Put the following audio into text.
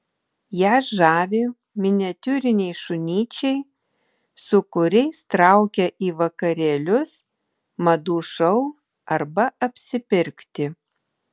ją žavi miniatiūriniai šunyčiai su kuriais traukia į vakarėlius madų šou arba apsipirkti